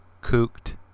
Cooked